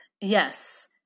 yes